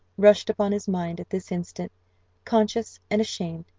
rushed upon his mind at this instant conscious and ashamed,